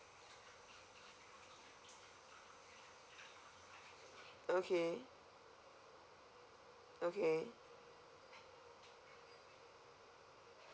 okay okay